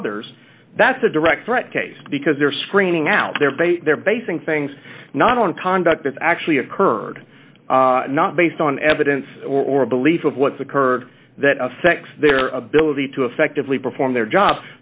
or others that's a direct threat case because they're screening out there they're basing things not on conduct it's actually occurred not based on evidence or a belief of what's occurred that affects their ability to effectively perform their job